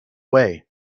way